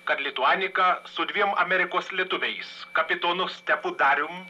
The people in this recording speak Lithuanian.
kad lituanica su dviem amerikos lietuviais kapitonu stepu darium